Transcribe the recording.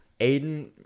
Aiden